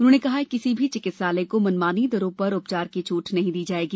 उन्होंने कहा कि किसी भी चिकित्सालय को मनमानी दरों पर उपचार की छट नहीं दी जाएगी